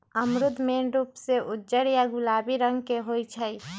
अमरूद मेन रूप से उज्जर या गुलाबी रंग के होई छई